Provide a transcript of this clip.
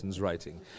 writing